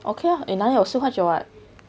okay ah eh 哪里有四块九 [what]